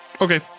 Okay